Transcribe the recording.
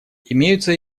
имеются